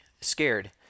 scared